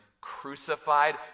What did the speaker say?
crucified